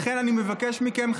לכן אני מבקש מכם,